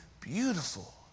beautiful